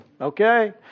Okay